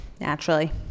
Naturally